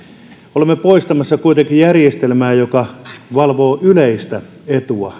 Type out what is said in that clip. olemme poistamassa kuitenkin järjestelmää joka valvoo yleistä etua